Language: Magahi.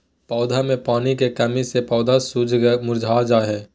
पौधा मे पानी के कमी से पौधा मुरझा जा हय